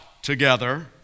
Together